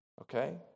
okay